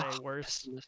worse